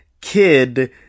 Kid